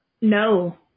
No